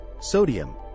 sodium